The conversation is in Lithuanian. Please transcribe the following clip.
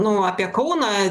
nu apie kauną